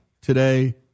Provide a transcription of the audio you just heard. today